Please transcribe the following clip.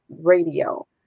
radio